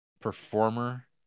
performer